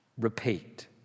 Repeat